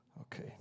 Okay